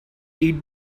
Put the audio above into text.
eat